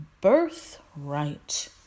birthright